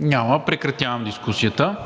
Няма. Прекратявам дискусията.